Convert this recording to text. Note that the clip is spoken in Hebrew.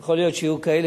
יכול להיות שיהיו כאלה,